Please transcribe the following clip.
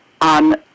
on